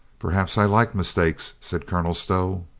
perhaps i like mistakes, said colonel stow.